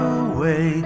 away